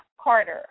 Carter